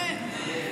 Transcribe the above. אמן.